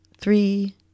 three